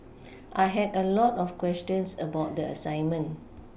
I had a lot of questions about the assignment